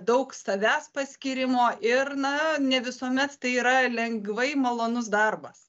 daug savęs paskyrimo ir na ne visuomet tai yra lengvai malonus darbas